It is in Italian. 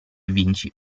vinci